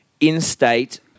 instate